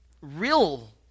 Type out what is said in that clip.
real